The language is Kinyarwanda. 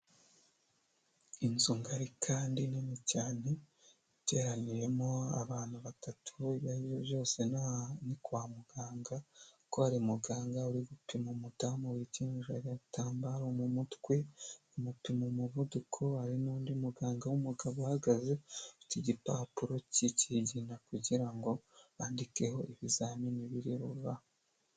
Inzu ngari kandi nini cyane, iteraniyemo abantu batatu, ibyo ari byo byose ni kwa muganga kuko hari muganga uri gupima umudamu wikenyeje agatambaro mu mutwe, ari kumupima umuvuduko, hari n'undi muganga w'umugabo uhagaze, iki gipapuro cy'ikigina kugira ngo bandikeho ibizamini barabona.